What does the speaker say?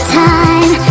time